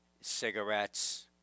cigarettes